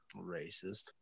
Racist